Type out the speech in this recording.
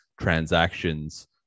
transactions